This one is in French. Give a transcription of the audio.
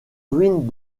ruines